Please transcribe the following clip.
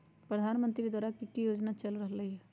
प्रधानमंत्री द्वारा की की योजना चल रहलई ह?